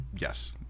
Yes